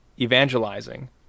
evangelizing